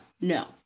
no